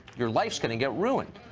your life's gonna get ruined.